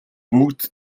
бүгд